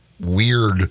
weird